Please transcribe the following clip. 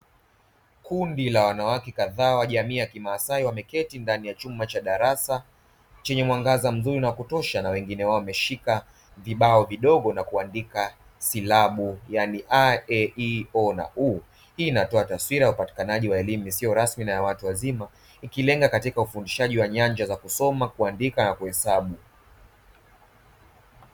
Kundi la wanawake kadhaa wa jamii ya kimaasai wameketi ndani ya chumba cha darasa chenye mwangaza mzuri na wakutosha, na wengine wao wameshika vibao vidogo na kuandika silabu yani, (a, e, i, o na u). Hii inatoa taswira ya upatikanaji wa elimu isiyo rasmi na ya watu wazima ikilenga katika ufundishaji wa nyanja za kusoma, kuandika na kuhesabu.